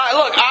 look